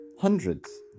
hundreds